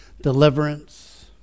deliverance